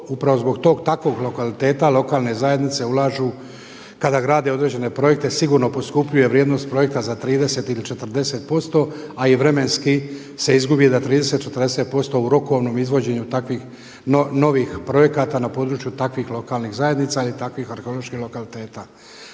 upravo zbog tog takvog lokaliteta lokalne zajednice ulažu kada grade određene projekte sigurno poskupljuje vrijednost projekta za 30 ili 40%, a i vremenski se izgubi na 30, 40% u rokovnom izvođenju takvih novih projekata na području takvih lokalnih zajednica i takvih arheoloških lokaliteta.